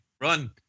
Run